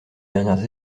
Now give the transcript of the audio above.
dernières